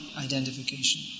identification